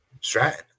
Stratton